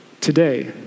today